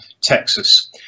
Texas